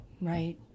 Right